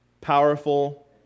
powerful